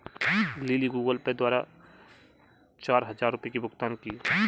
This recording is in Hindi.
लिली गूगल पे द्वारा चार हजार रुपए की भुगतान की